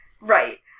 Right